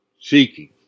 seeking